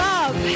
Love